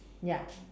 ya